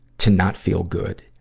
to not feel good,